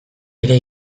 ere